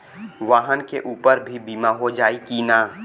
वाहन के ऊपर भी बीमा हो जाई की ना?